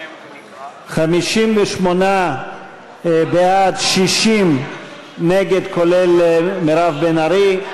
58 בעד, 60 נגד, כולל מירב בן ארי.